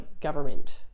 government